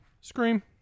Scream